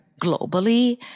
globally